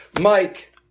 Mike